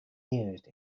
used